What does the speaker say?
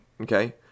Okay